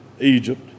Egypt